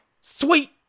Sweet